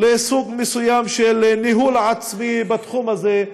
לסוג מסוים של ניהול עצמי בתחום הזה,